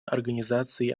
организации